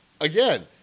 again